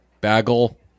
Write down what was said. Bagel